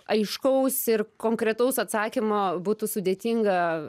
aiškaus ir konkretaus atsakymo būtų sudėtinga